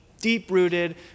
deep-rooted